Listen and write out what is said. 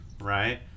right